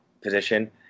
position